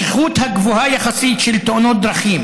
השכיחות הגבוהה יחסית של תאונות דרכים